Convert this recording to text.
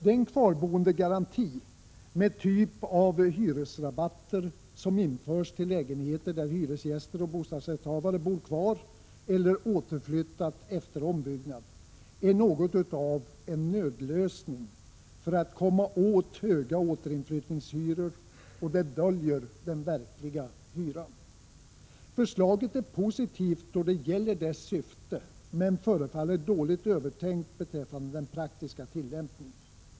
Den kvarboendegaranti med en typ av hyresrabatter som införs för lägenheter där hyresgäster och bostadsrättshavare bor kvar eller återflyttar efter ombyggnad är något av en nödlösning för att komma åt höga återinflyttningshyror och döljer den verkliga hyran. Förslaget är positivt då det gäller dess syfte, men förefaller dåligt övertänkt beträffande den praktiska tillämpningen.